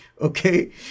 okay